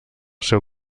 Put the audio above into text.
seu